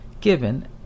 given